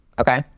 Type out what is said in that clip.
Okay